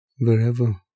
Wherever